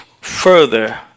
further